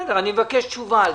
אני מבקש תשובה,